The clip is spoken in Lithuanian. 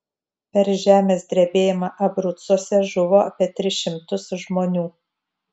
per žemės drebėjimą abrucuose žuvo apie tris šimtus žmonių